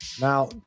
now